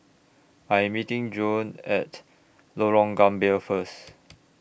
I Am meeting Jon At Lorong Gambir First